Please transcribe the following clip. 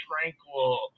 tranquil